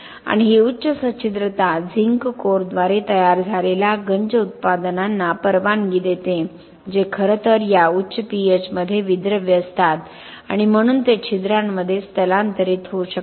आणि ही उच्च सच्छिद्रता झिंक कोरद्वारे तयार झालेल्या गंज उत्पादनांना परवानगी देते जे खरं तर या उच्च pH मध्ये विद्रव्य असतात आणि म्हणून ते छिद्रांमध्ये स्थलांतरित होऊ शकतात